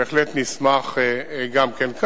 בהחלט נשמח גם כן.